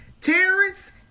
Terrence